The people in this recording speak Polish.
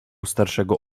starszego